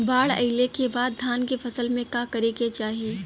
बाढ़ आइले के बाद धान के फसल में का करे के चाही?